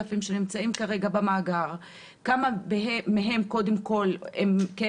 ה-10,000 שנמצאים במאגר כרגע, כמה מהם הועסקו.